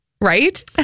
right